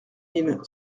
mille